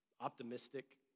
optimistic